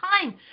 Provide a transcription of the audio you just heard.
time